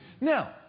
Now